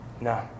No